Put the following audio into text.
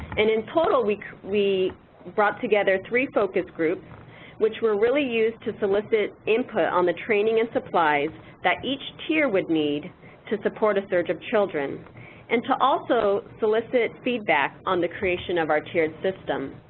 and in total, we we brought together three focus groups which were really used to solicit input on the training and supplies that each tier would need to support a surge of children and to also solicit feedback on the creation of our tiered system.